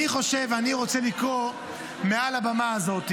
אני חושב ואני רוצה לקרוא מעל הבמה הזאת,